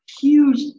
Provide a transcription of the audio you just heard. huge